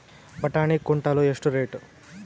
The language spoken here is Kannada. ಬಟಾಣಿ ಕುಂಟಲ ಎಷ್ಟು ರೇಟ್?